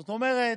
זאת אומרת,